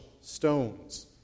stones